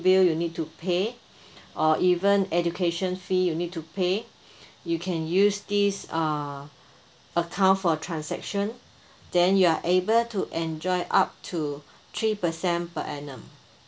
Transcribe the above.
bill you need to pay or even education fee you need to pay you can use this uh account for transaction then you are able to enjoy up to three percent per annum